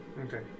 Okay